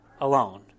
alone